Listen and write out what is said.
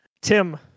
Tim